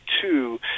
two